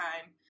time